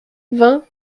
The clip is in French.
vingt